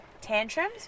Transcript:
tantrums